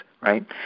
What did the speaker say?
right